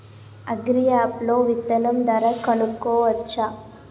Agri app లో విత్తనం ధర కనుకోవచ్చా?